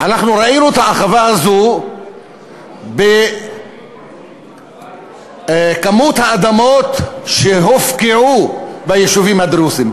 אנחנו ראינו את האחווה הזאת בכמות האדמות שהופקעו ביישובים הדרוזיים.